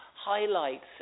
highlights